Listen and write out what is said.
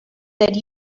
that